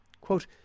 Quote